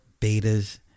betas